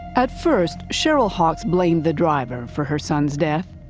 at first, cheryl hawkes blamed the driver for her son's death.